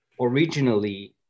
originally